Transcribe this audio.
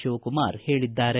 ಶಿವಕುಮಾರ್ ಹೇಳಿದ್ದಾರೆ